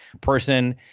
person